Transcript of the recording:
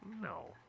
No